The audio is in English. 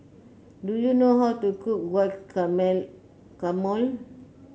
do you know how to cook Guacamole